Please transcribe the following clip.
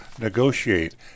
negotiate